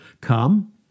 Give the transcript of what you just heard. Come